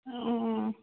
অঁ